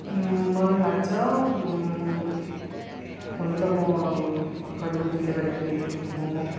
मलाई लाग्छ हुनु त म अब भर्खर उम्रिँदै गरेको लेखक हुँ